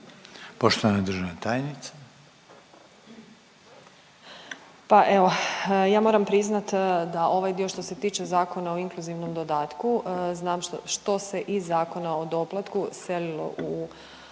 **Josić, Željka (HDZ)** Pa evo ja moram priznat da ovaj dio što se tiče Zakona o inkluzivnom dodatku znam što se iz Zakona o doplatku selilo u inkluzivni